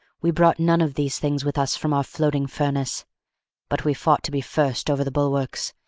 we brought none of these things with us from our floating furnace but we fought to be first over the bulwarks,